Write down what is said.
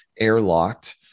airlocked